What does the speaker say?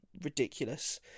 ridiculous